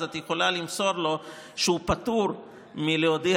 אז את יכולה למסור לו שהוא פטור מלהודיע